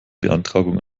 beantragung